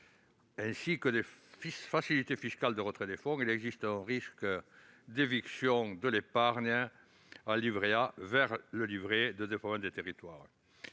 ainsi que des facilités fiscales de retrait des fonds, il existe un risque d'éviction de l'épargne du livret A vers le livret de développement des territoires.